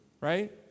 right